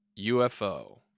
ufo